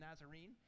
Nazarene